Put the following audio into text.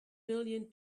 million